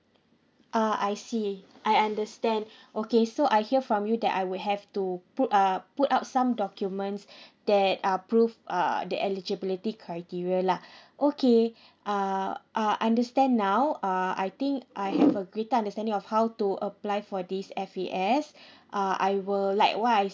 uh I see I understand okay so I hear from you that I would have to put uh put up some documents that uh prove err the eligibility criteria lah okay uh uh I understand now uh I think I have a greater understanding of how to apply for this F_A_S I will like what I